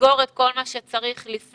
לסגור את כל מה שצריך לפני